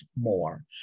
more